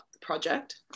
project